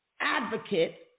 advocate